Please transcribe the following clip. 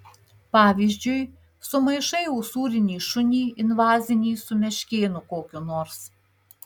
pavyzdžiui sumaišai usūrinį šunį invazinį su meškėnu kokiu nors